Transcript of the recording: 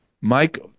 Mike